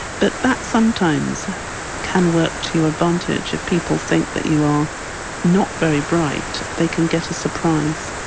but that sometimes can work to your advantage if people think that you are not very bright, they can get a surprise.